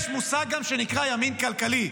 יש גם מושג שנקרא ימין כלכלי.